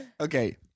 Okay